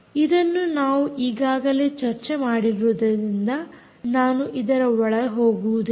ಇದನ್ನು ನಾವು ಈಗಾಗಲೇ ಚರ್ಚೆ ಮಾಡಿರುವುದರಿಂದ ನಾನು ಇದರ ಒಳ ಹೋಗುವುದಿಲ್ಲ